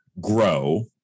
Grow